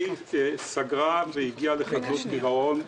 סגרה בגלל שהגיעה לחדלות פירעון.